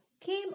came